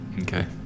Okay